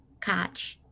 catch